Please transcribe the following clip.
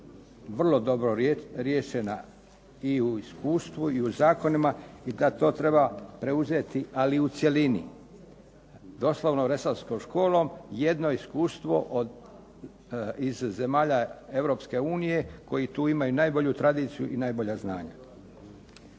vrlo dobro riješena i u iskustvu i u zakonima i da to treba preuzeti ali u cjelini, doslovno resorskom školom. Jedno iskustvo iz zemalja Europske unije koji tu imaju najbolju tradiciju i najbolja znanja.